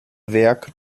werke